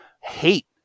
hate